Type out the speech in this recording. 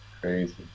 Crazy